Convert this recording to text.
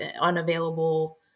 unavailable